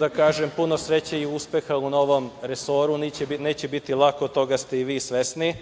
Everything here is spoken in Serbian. da poželim puno sreće i uspeha u novom resoru. Neće biti lako, toga ste i vi svesni.